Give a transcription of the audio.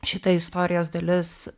šita istorijos dalis